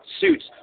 suits